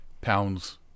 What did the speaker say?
pounds